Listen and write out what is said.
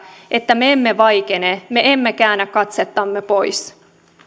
että me emme vaikene me emme käännä katsettamme pois